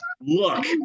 look